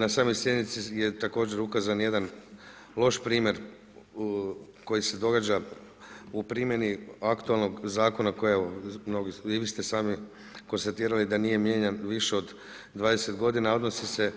Na samoj sjednici je također ukazan i jedan loš primjer koji se događa u primjeni aktualnog zakona koji evo, i vi ste sami konstatirali da nije mijenjan više od 20 g., odnosi se